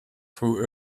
through